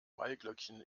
maiglöckchen